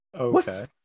Okay